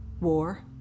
war